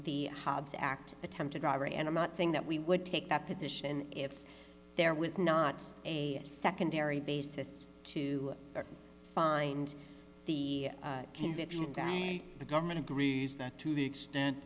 the hobbs act attempted robbery and i'm not saying that we would take that position if there was not a secondary basis to find the convicted guy the government agrees that to the extent